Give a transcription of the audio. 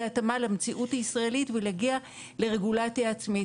התאמה למציאות הישראלית ולהגיע לרגולציה עצמית.